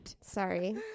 Sorry